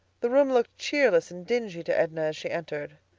the room looked cheerless and dingy to edna as she entered.